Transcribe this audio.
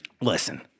listen